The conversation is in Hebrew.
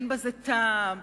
אין בזה טעם.